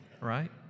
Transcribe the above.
right